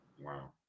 Wow